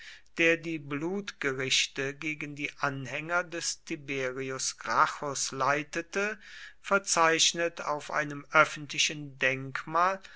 der die blutgerichte gegen die anhänger des tiberius gracchus leitete verzeichnet auf einem öffentlichen denkmal